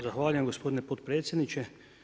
Zahvaljujem gospodine potpredsjedniče.